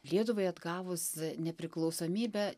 lietuvai atgavus nepriklausomybę